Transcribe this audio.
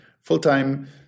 full-time